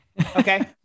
Okay